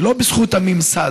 לא בזכות הממסד.